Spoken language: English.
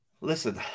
Listen